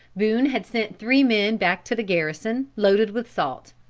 boone had sent three men back to the garrison, loaded with salt,